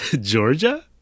Georgia